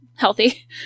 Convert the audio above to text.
healthy